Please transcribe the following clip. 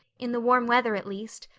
in the warm weather at least.